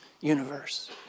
universe